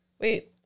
Wait